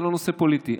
זה לא נושא פוליטי,